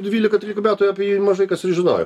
dylika trylika metų apie jį mažai kas ir žinojo